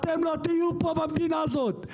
אתם לא תהיו פה במדינה הזאת,